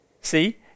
See